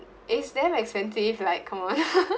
it's damn expensive like come on